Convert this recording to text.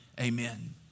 Amen